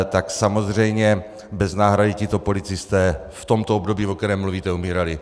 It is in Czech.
Tak samozřejmě bez náhrady tito policisté v tomto období, o kterém mluvíte, umírali.